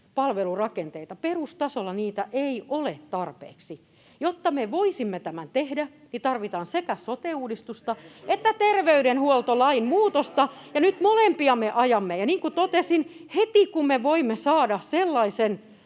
hoitamiseen. Perustasolla niitä ei ole tarpeeksi. Jotta me voisimme tehdä tämän, tarvitaan sekä sote-uudistusta [Oppositiosta: Ei tarvita!] että terveydenhuoltolain muutosta, ja nyt molempia me ajamme. Ja niin kuin totesin, heti kun me voimme saada sellaisen